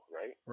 right